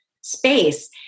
space